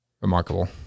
remarkable